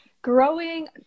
Growing